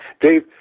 Dave